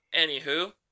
anywho